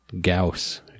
Gauss